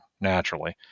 naturally